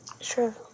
Sure